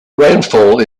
rainfall